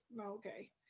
okay